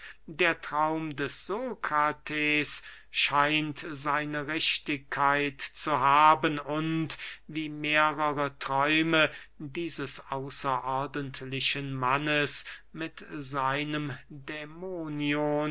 der traum des sokrates scheint seine richtigkeit zu haben und wie mehrere träume dieses außerordentlichen mannes mit seinem dämonion